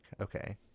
okay